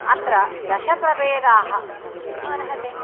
अत्र दशप्रभेदाः भवितुम् अर्हति